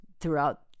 throughout